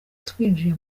twinjiye